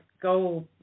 go